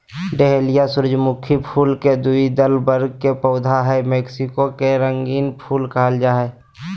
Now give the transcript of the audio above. dahlia सूर्यमुखी फुल के द्विदल वर्ग के पौधा हई मैक्सिको के रंगीन फूल कहल जा हई